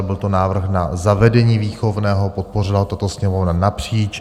Byl to návrh na zavedení výchovného, podpořila tato Sněmovna napříč.